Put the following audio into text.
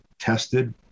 tested